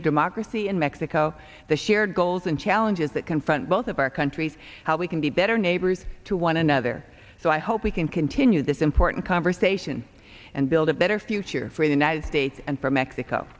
of democracy in mexico the shared goals and challenges that confront both of our countries how we can be better neighbors to one another so i hope we can continue this important conversation and build a better future for the united states and for mexico